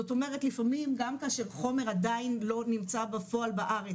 זאת אומרת לפעמים גם כאשר חומר עדיין לא נמצא בפועל בארץ